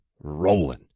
rolling